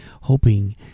hoping